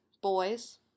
boys